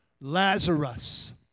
Lazarus